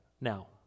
now